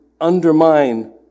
undermine